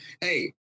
Hey